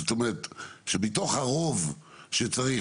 זאת אומרת שבתוך הרוב שצריך,